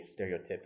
stereotypical